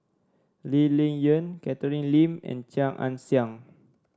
Lee Ling Yen Catherine Lim and Chia Ann Siang